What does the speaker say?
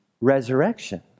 resurrection